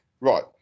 Right